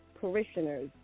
parishioners